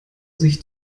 sich